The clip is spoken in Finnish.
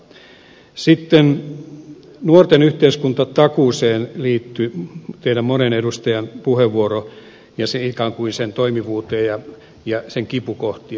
sitten nuorten yhteiskuntatakuuseen liittyi monen edustajan puheenvuoro ja ikään kuin sen toimivuuteen ja sen kipukohtiin